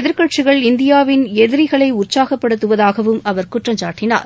எதிர்க்கட்சிகள் இந்த இந்தியாவின் எதிரிகளை உற்சாகப்படுத்துவதாகவும் அவர் குற்றம் சாட்டினார்